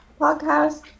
podcast